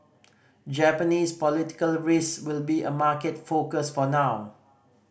Japanese political risk will be a market focus for now